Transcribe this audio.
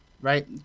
Right